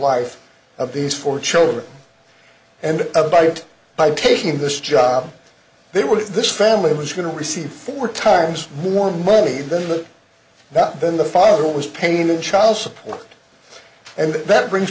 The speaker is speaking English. life of these four children and about it by taking this job they were this family was going to receive four times more money than that then the father was painted child support and that brings